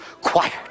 quiet